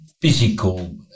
physical